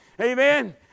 Amen